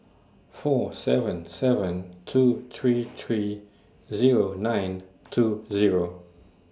four seven seven two three three Zero nine two Zero